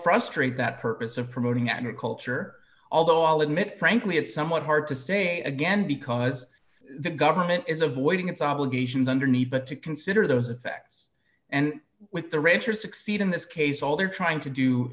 frustrate that purpose of promoting agriculture although i'll admit frankly it's somewhat hard to say again because the government is avoiding its obligations underneath but to consider those effects and with the rancher succeed in this case all they're trying to do